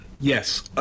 Yes